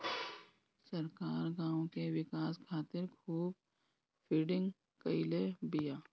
सरकार गांव के विकास खातिर खूब फंडिंग कईले बिया